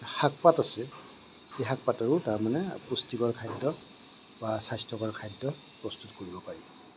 শাক পাত আছে এই শাক পাতৰো তাৰমানে পুষ্টিকৰ খাদ্য় বা স্বাস্থ্য়কৰ খাদ্য় প্ৰস্তুত কৰিব পাৰি